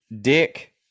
Dick